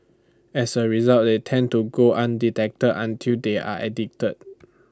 as A result they tend to go undetected until they are addicted